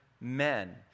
men